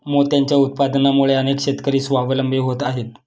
मोत्यांच्या उत्पादनामुळे अनेक शेतकरी स्वावलंबी होत आहेत